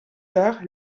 tard